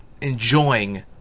enjoying